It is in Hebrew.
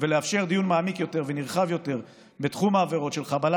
ולאפשר דיון מעמיק ונרחב יותר בתחום העבירות של חבלה